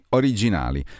originali